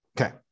Okay